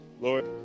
Lord